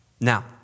Now